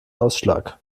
ausschlag